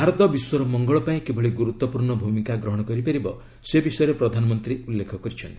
ଭାରତ ବିଶ୍ୱର ମଙ୍ଗଳ ପାଇଁ କିଭଳି ଗୁରୁତ୍ୱପୂର୍ଣ୍ଣ ଭୂମିକା ଗ୍ରହଣ କରିପାରିବ ସେ ବିଷୟରେ ପ୍ରଧାନମନ୍ତ୍ରୀ ଉଲ୍ଲ୍ଲେଖ କରିଛନ୍ତି